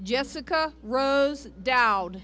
jessica rose dow